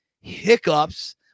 hiccups